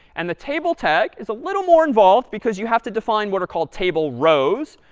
and the table tag is a little more involved because you have to define what are called table rows.